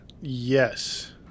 Yes